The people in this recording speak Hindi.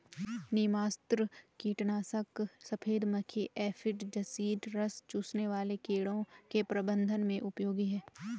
नीमास्त्र कीटनाशक सफेद मक्खी एफिड जसीड रस चूसने वाले कीड़ों के प्रबंधन में उपयोगी है